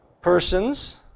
persons